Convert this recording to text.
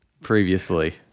previously